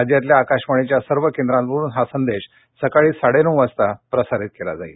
राज्यातल्या आकाशवाणच्या सर्व केंद्रांवरून हा संदेश सकाळ आडेनऊ वाजता प्रसारित केला जाणार आहे